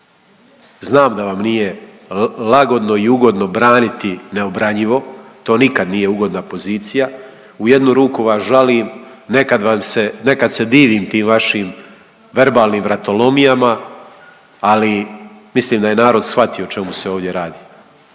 Znam da vam nije lagodno i ugodno braniti neobranjivo, to nikad nije ugodna pozicija. U jednu ruku vas žalim, nekad vam se, nekad se divim tim vašim verbalnim vratolomijama, ali mislim da je narod shvatio o čemu se ovdje radi.